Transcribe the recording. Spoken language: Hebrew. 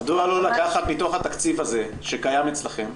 מדוע לא לקחת מתוך התקציב הזה שקיים אצלכם,